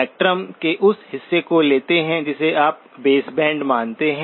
आप स्पेक्ट्रम के उस हिस्से को लेते हैं जिसे आप बेसबैंड मानते हैं